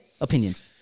opinions